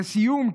לסיום,